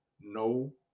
no